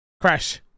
Crash